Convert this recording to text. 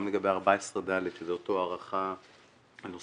גם לגבי 14/ד שזה אותה הארכה נוספת.